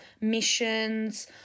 missions